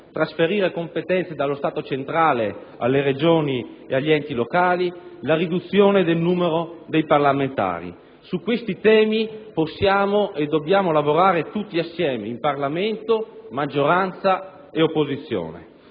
trasferire competenze dallo Stato centrale alle Regioni e agli enti locali, ridurre il numero dei parlamentari: su questi temi possiamo e dobbiamo lavorare tutti assieme in Parlamento, maggioranza e opposizione.